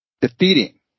defeating